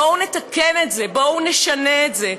בואו נתקן את זה, בואו נשנה את זה.